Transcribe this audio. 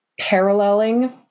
paralleling